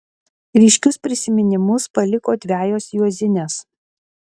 ryškius prisiminimus paliko dvejos juozinės